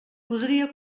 podria